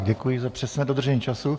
Děkuji za přesné dodržení času.